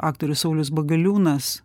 aktorius saulius bagaliūnas